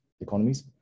economies